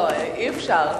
לא, אי-אפשר.